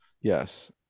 yes